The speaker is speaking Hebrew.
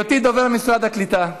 בהיותי דובר משרד הקליטה,